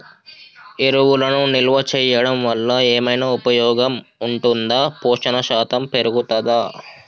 ఎరువులను నిల్వ చేయడం వల్ల ఏమైనా ఉపయోగం ఉంటుందా పోషణ శాతం పెరుగుతదా?